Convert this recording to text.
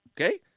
okay